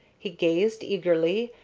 he gazed eagerly,